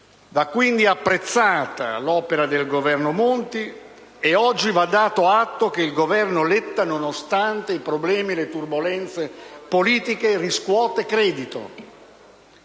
Va quindi apprezzata l'opera del Governo Monti e oggi va dato atto che il Governo Letta, nonostante i problemi e le turbolenze politiche, riscuote credito.